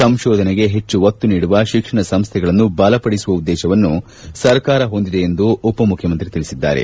ಸಂಶೋಧನೆಗೆ ಹೆಚ್ಚು ಒತ್ತು ನೀಡುವ ಶಿಕ್ಷಣ ಸಂಸ್ಥೆಗಳನ್ನು ಬಲಪಡಿಸುವ ಉದ್ದೇಶವನ್ನು ಸರ್ಕಾರ ಹೊಂದಿದೆ ಎಂದು ಉಪಮುಖ್ಕಮಂತ್ರಿ ತಿಳಿಸಿದ್ದಾರೆ